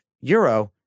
euro